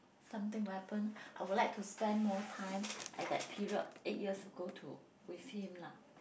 something would happen I would like to spend more time at that period eight years ago to with him lah